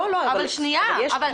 לא, לא, יש כללים.